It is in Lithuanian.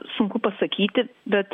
sunku pasakyti bet